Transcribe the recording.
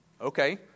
Okay